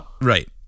Right